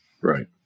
Right